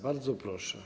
Bardzo proszę.